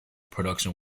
production